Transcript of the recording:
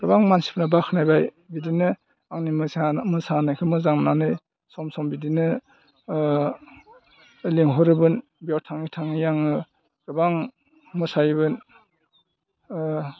गोबां मानसिफ्रा बाख्नायबाय बिदिनो आंनि मोसानायखौ मोजां नुनानै सम सम बिदिनो लिंहरोमोन बेयाव थाङै थाङै आङो गोबां मोसायोमोन